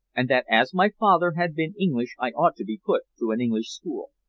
and that as my father had been english i ought to be put to an english school.